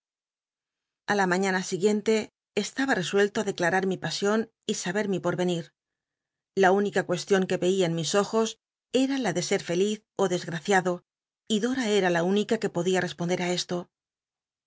a la maiiana siguiente estaba resuello i declarar mi pasion y sabe mi po cnir la única eucstion que rcian mis ojos cn la de se fel iz ó elcsgra ciado y dora era la ünica que potlia responder i esto